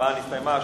ההצבעה נסתיימה.